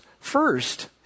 first